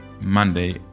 monday